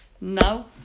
Now